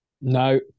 No